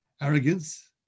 arrogance